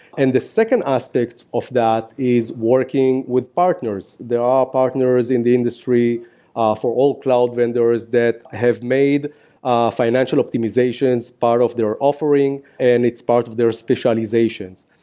and the second aspect of that is working with partners. there are partners in the industry ah for all cloud vendors that have made ah financial optimizations part of their offering and it's part of their specializations.